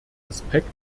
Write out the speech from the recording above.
aspekt